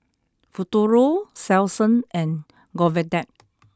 Futuro Selsun and Convatec